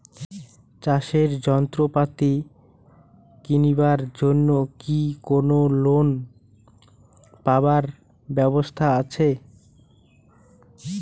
চাষের যন্ত্রপাতি কিনিবার জন্য কি কোনো লোন পাবার ব্যবস্থা আসে?